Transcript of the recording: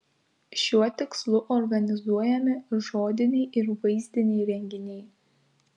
šiuo tikslu organizuojami žodiniai ir vaizdiniai renginiai